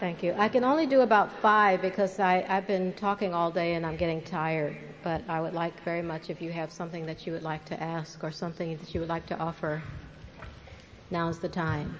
thank you i can only do about five because i've been talking all day and i'm getting tired but i would like very much if you have something that you would like to ask or something that you would like to offer now's the time